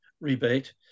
rebate